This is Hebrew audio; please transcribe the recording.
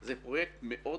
זה פרויקט מאוד